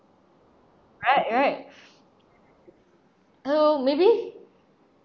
right right oh maybe